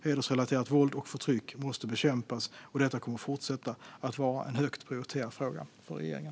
Hedersrelaterat våld och förtryck måste bekämpas, och detta kommer att fortsätta att vara en högt prioriterad fråga för regeringen.